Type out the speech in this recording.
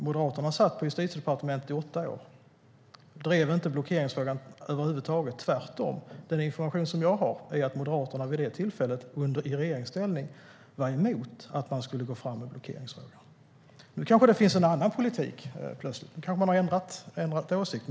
Moderaterna satt på Justitiedepartementet i åtta år men drev över huvud taget inte blockeringsfrågan. Tvärtom framgår det av den information jag har att Moderaterna under sin tid i regeringsställning var emot att man skulle gå fram med blockeringsfrågan. Nu kanske det finns en annan politik. Man har kanhända ändrat åsikt.